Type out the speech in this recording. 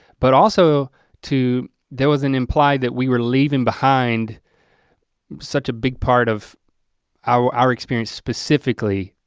but also to there was an implied that we were leaving behind such a big part of our our experience, specifically